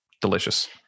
delicious